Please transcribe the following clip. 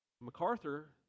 MacArthur